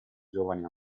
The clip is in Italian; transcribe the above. giovani